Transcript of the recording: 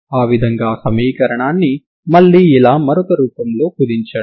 ఆ విదంగా సమీకరణాన్ని మళ్లీ ఇలా మరొక రూపంలోకి కుదించండి